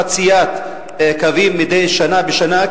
חציית קווים מדי שנה בשנה,